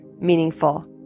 meaningful